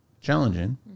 Challenging